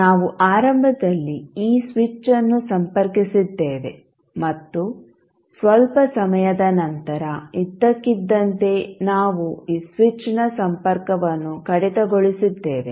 ನಾವು ಆರಂಭದಲ್ಲಿ ಈ ಸ್ವಿಚ್ ಅನ್ನು ಸಂಪರ್ಕಿಸಿದ್ದೇವೆ ಮತ್ತು ಸ್ವಲ್ಪ ಸಮಯದ ನಂತರ ಇದ್ದಕ್ಕಿದ್ದಂತೆ ನಾವು ಈ ಸ್ವಿಚ್ನ ಸಂಪರ್ಕವನ್ನು ಕಡಿತಗೊಳಿಸಿದ್ದೇವೆ